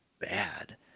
bad